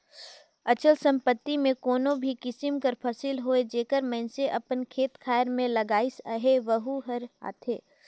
अचल संपत्ति में कोनो भी किसिम कर फसिल होए जेहर मइनसे अपन खेत खाएर में लगाइस अहे वहूँ हर आथे